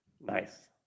nice